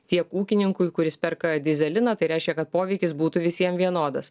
tiek ūkininkui kuris perka dyzeliną tai reiškia kad poveikis būtų visiem vienodas